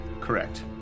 Correct